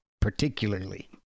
particularly